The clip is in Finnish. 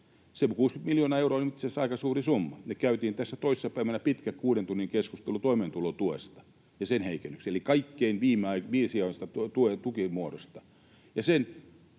Se 60 miljoonaa euroa on itse asiassa aika suuri summa. Me käytiin tässä toissa päivänä pitkä kuuden tunnin keskustelu toimeentulotuesta ja sen heikennyksistä, eli kaikkein viimesijaisimmasta tukimuodosta,